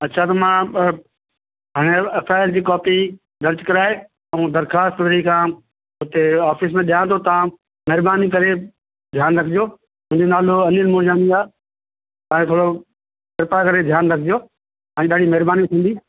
अछा त मां हाणे एफआईआर जी कॉपी दर्जु कराए ऐं दर्ख़ुवास्त वरी खां हुते ऑफिस में ॾियांव थो तव्हां महिरबानी करे ध्यानु रखिजो मुंहिंजो नालो अनिल मोजवाणी आहे तव्हांजे थोरी कृपा करे ध्यानु रखिजो हांजी तव्हांजी महिरबानी थींदी